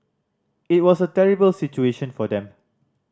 it was a terrible situation for them